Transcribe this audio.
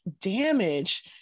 damage